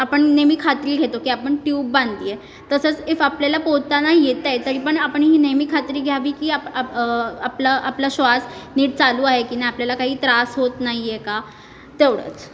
आपण नेहमी खात्री घेतो की आपण ट्यूब बांधली आहे तसंच इफ आपल्याला पोहताना येतं आहे तरी पण आपण ही नेहमी खात्री घ्यावी की आप आप आपला आपला श्वास नीट चालू आहे की नाही आपल्याला नीट त्रास होत नाही आहे का तेवढंच